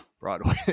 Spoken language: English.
broadway